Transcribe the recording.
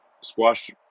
squash